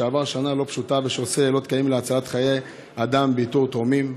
שעבר שנה לא פשוטה ושעושה לילות כימים להצלת חיי אדם באיתור תורמים,